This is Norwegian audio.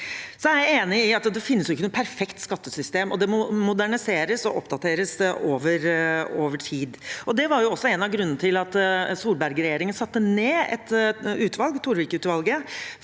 Jeg er enig i at det ikke finnes noe perfekt skattesystem, og at det må moderniseres og oppdateres over tid. Det var også en av grunnene til at Solberg-regjeringen satte ned et utvalg,